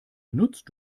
benutzt